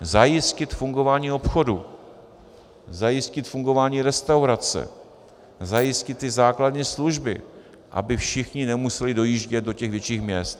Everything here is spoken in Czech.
Zajistit fungování obchodu, zajistit fungování restaurace, zajistit základní služby, aby všichni nemuseli dojíždět do těch větších měst.